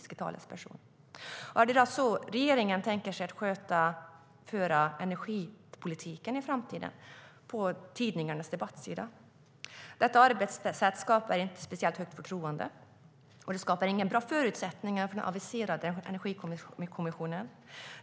Är det på tidningarnas debattsidor regeringen tänker sig att sköta energipolitiken i framtiden? Detta arbetssätt skapar inte speciellt högt förtroende, och det skapar inga bra förutsättningar för den aviserade energikommissionen.